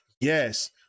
Yes